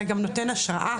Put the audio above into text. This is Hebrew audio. אתה גם נותן השראה,